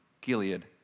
Gilead